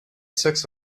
six